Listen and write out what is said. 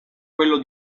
quello